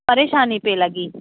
परेशानी पई लॻी